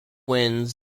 winds